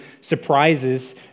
surprises